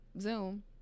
zoom